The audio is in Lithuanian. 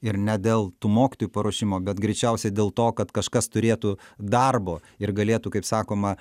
ir ne dėl tų mokytojų paruošimo bet greičiausiai dėl to kad kažkas turėtų darbo ir galėtų kaip sakoma